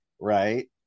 right